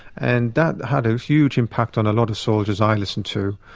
and that had a huge impact on a lot of soldiers i listened to.